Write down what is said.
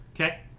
Okay